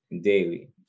daily